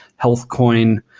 healthcoin.